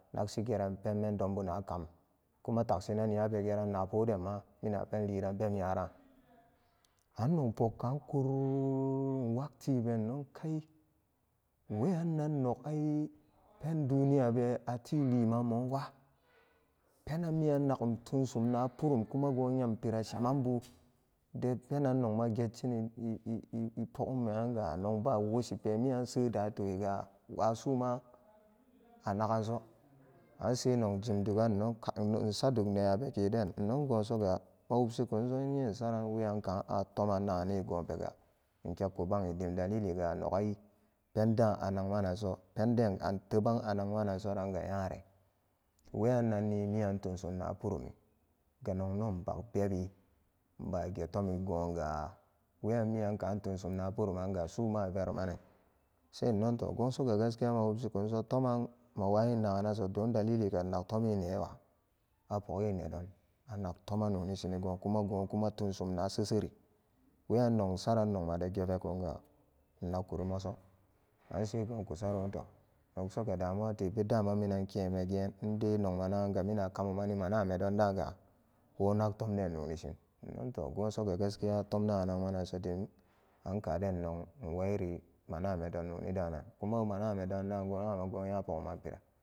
Nagshigeran pendonbu nakam kuma takshinani abetin gerannobo denma minan a penliran beb nyara annog pogka kururururu inwagtiben inno kai weyannan nogai e pen duniya be ati limanmowa penan miyan nakum tunsun na purum kuma go nyam pira shemanbu de penan nogma geshshe e-epogum me yanga nogba woshipe miyan seda tugiga wa suma anaganso an senogji mdugan innokai in sadug nenyabe innogosoga mawubshikunso innye insaran weyanka matoman nagane gopega inkekku bungi dim daliliga dogai penda anagmananso penden in teban anagmanansoranga nyare weyannanni miyan tunsum napurumi ga nogno inbagbebi inbugetomi goga weyan minyanka tunsum na purumariga suma averumane sai innoto go soga gaskiya awubsikunso toman ma wuyin nagamso don daliliga innag tome neewa apogenedon anagtoma nonishin ego kumago tunsum na seseri weyannonsaran nogmade gevekun ga innakuri moso anse gokusaro to nogsoga dumuwa tebe dama minan ke megen indai nogmanaganga mina kamumani maname dondaga wonak tomden nonishin innoto wosoga tomda anagmancinso dim ankaden nog inwayiri maname donnonidanan kuma maname donda go nyapogu man pira.